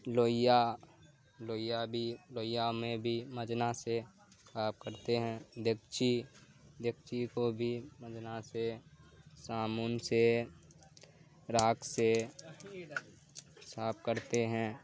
لوہیا لوہیا بھی لوہیا میں بھی منجنا سے صاف کرتے ہیں دیگچی دیگچی کو بھی منجنا سے صابن سے راکھ سے صاف کرتے ہیں